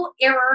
error